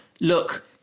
look